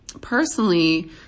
personally